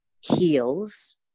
heals